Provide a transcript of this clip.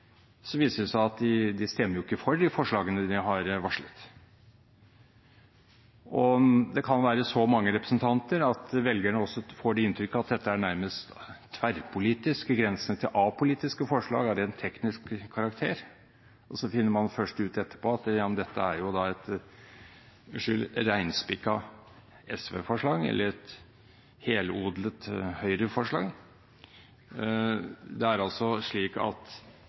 så mange representanter at velgerne får det inntrykket at dette er nærmest tverrpolitiske, på grensen til apolitiske, forslag av rent teknisk karakter, og så finner man først ut etterpå at ja, men dette er jo et reinspikka SV-forslag eller et helodlet Høyre-forslag. Det er altså slik at